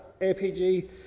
APG